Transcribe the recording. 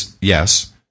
Yes